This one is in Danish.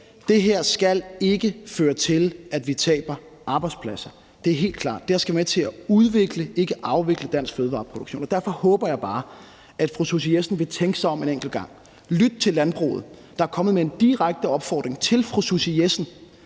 Det her skal ikke føre til, at vi taber arbejdspladser. Det er helt klart. Det her skal være med til at udvikle, ikke afvikle, dansk fødevareproduktion. Derfor håber jeg bare, at fru Susie Jessen vil tænke sig om en ekstra gang og lytte til landbruget, der er kommet med en direkte opfordring til fru Susie Jessen: